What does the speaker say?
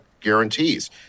guarantees